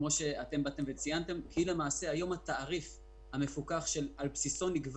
כי היום התעריף המפוקח שעל בסיסו נקבע